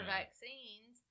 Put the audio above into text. vaccines